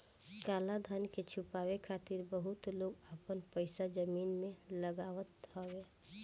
काला धन के छुपावे खातिर बहुते लोग आपन पईसा जमीन में लगावत हवे